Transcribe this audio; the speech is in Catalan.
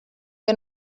que